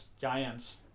giants